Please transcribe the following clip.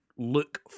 look